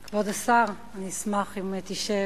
כבוד השר, אני אשמח אם תשב.